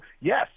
yes